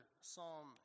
Psalm